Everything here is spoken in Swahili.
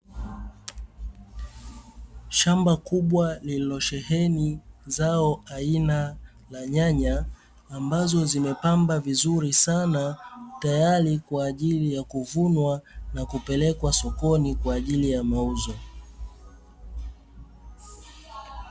Shamba kubwa lililosheheni zao aina la nyanya ambazo zimepamba vizuri sana, tayari kwa ajili ya kuvunwa na kupelekwa sokoni kwa ajili ya mauzo.